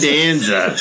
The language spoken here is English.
Danza